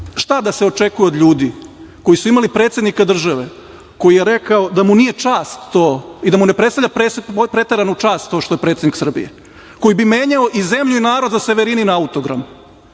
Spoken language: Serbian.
šta da se očekuje od ljudi koji su imali predsednika države koji je rekao da mu nije čast to i da mu ne predstavlja preteranu čast to što je predsednik Srbije, koji bi menjao i zemlju i narod za Severinin autogram